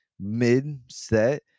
mid-set